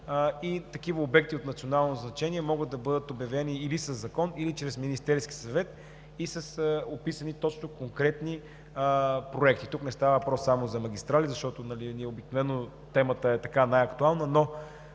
Такива обекти от национално значение могат да бъдат обявени или със закон, или чрез Министерския съвет и с описани точно конкретни проекти. Тук не става въпрос само за магистрали, защото обикновено темата е най-актуална,